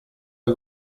del